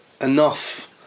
enough